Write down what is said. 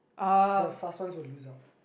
the fast ones will lose out